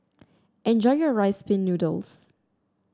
enjoy your Rice Pin Noodles